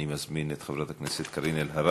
אני מזמין את חברת הכנסת קארין אלהרר.